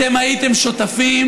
אתם הייתם שותפים,